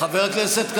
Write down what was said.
שקר וכזב, שקר וכזב.